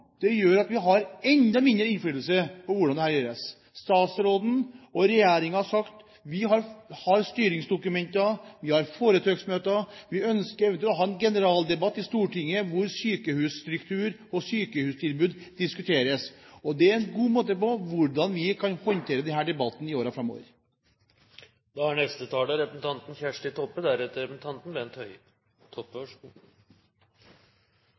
Oslo gjør at vi har enda mindre innflytelse på hvordan dette gjøres. Statsråden og regjeringen har sagt: vi har styringsdokumenter, vi har foretaksmøter, og vi ønsker å ha en generaldebatt i Stortinget, hvor sykehusstruktur og sykehustilbud diskuteres. Det er en god måte for hvordan vi kan håndtere denne debatten i